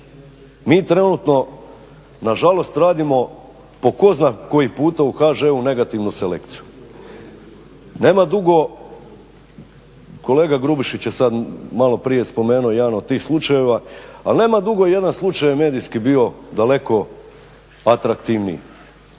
Mi trenutno nažalost radimo po tko zna koji puta u HŽ-u negativnu selekciju. Nema dugo, kolega Grubišić je sad maloprije spomenuo jedan od tih slučajeva, ali nema dugo jedan slučaj je medijski bio daleko atraktivniji.